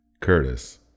Curtis